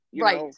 Right